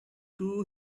two